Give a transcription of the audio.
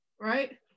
Right